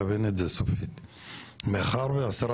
לגבי כסרא סמיע כיושב-ראש הוועדה